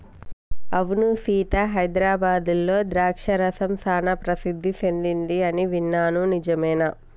అవును సీత హైదరాబాద్లో ద్రాక్ష రసం సానా ప్రసిద్ధి సెదింది అని విన్నాను నిజమేనా